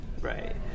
Right